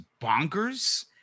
bonkers